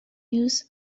use